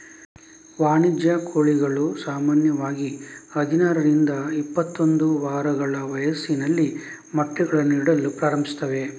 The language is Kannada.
ವಾಣಿಜ್ಯ ಕೋಳಿಗಳು ಸಾಮಾನ್ಯವಾಗಿ ಹದಿನಾರರಿಂದ ಇಪ್ಪತ್ತೊಂದು ವಾರಗಳ ವಯಸ್ಸಿನಲ್ಲಿ ಮೊಟ್ಟೆಗಳನ್ನು ಇಡಲು ಪ್ರಾರಂಭಿಸುತ್ತವೆ